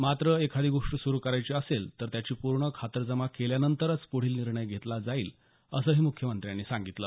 मात्र एखादी गोष्ट सुरु करायची असेल तर त्याची पूर्ण खातरजमा केल्यानंतरच प्रढील निर्णय घेतला जाईल असंही मुख्यमंत्र्यांनी सांगितलं